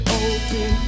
open